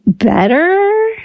better